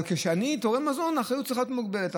אבל כשאני תורם מזון, האחריות צריכה להיות מוגבלת.